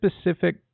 specific